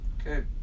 Okay